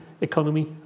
economy